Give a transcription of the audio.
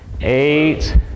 eight